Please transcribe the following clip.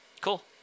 Cool